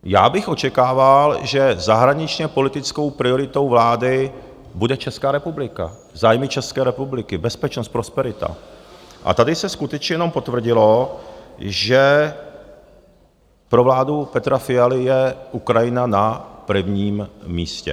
Já bych očekával, že zahraničněpolitickou prioritou vlády bude Česká republika, zájmy České republiky, bezpečnost, prosperita, a tady se skutečně jenom potvrdilo, že pro vládu Petra Fialy je Ukrajina na prvním místě.